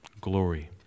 glory